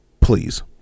please